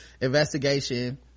investigation